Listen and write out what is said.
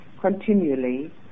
continually